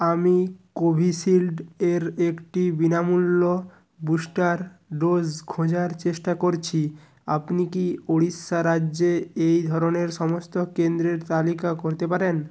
আমি কোভিশিল্ড এর একটি বিনামূল্য বুস্টার ডোস খোঁজার চেষ্টা করছি আপনি কি উড়িষ্যা রাজ্যে এই ধরনের সমস্ত কেন্দ্রের তালিকা করতে পারেন